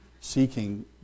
seeking